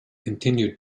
continued